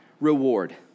reward